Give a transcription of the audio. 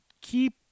keep